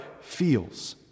feels